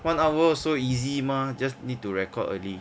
one hour so easy mah just need to record only